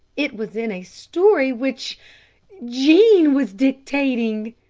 it was in a story which jean was dictating.